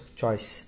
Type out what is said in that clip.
choice